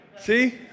See